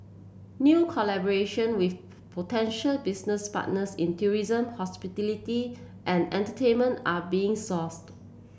new collaboration with potential business partners in tourism hospitality and entertainment are being sought